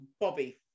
Bobby